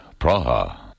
Praha